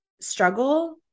struggle